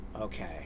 Okay